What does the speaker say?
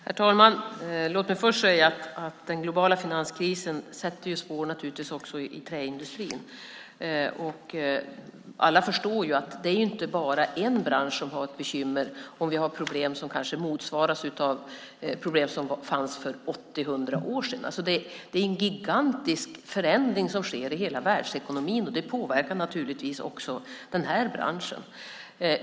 Herr talman! Låt mig först säga att den globala finanskrisen naturligtvis sätter spår också i träindustrin. Alla förstår att det inte är bara en bransch som har bekymmer när vi har problem som kanske motsvaras av problem som fanns för 80-100 år sedan. Det är alltså en gigantisk förändring som sker i hela världsekonomin, och det påverkar naturligtvis också den här branschen.